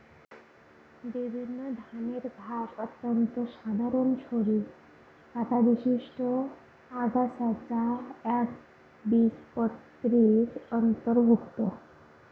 বিভিন্ন ধরনের ঘাস অত্যন্ত সাধারন সরু পাতাবিশিষ্ট আগাছা যা একবীজপত্রীর অন্তর্ভুক্ত